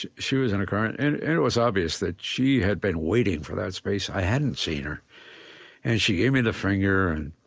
she she was in a car and and and it was obvious that she had been waiting for that space. i hadn't seen her and she gave me the finger and,